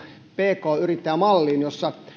pk yrittäjämalliin